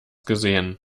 gesehen